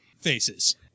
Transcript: Faces